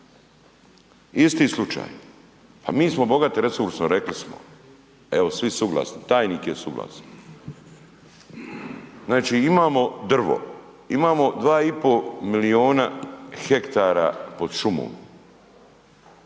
Isti slučaj. Pa mi smo bogati resursom rekli smo, evo svi suglasni, tajnik je suglasan. Znači imamo drvo, imamo 2 i po miliona hektara pod šumom